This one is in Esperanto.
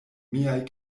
miaj